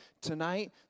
tonight